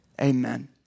amen